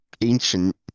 ancient